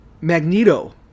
Magneto